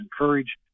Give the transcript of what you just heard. encourage